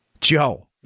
Joe